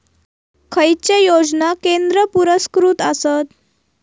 खैचे योजना केंद्र पुरस्कृत आसत?